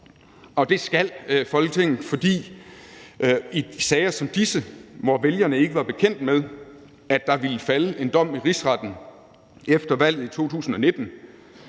Og det skal Folketinget, fordi der jo i sager som denne, hvor vælgerne ikke var bekendt med, at der ville falde en dom i Rigsretten efter valget i 2019,